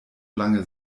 lange